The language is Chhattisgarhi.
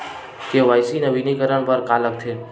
के.वाई.सी नवीनीकरण बर का का लगथे?